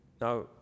Now